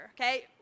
okay